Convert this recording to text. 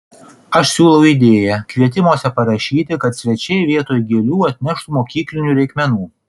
aš siūlau idėją kvietimuose parašyti kad svečiai vietoj gėlių atneštų mokyklinių reikmenų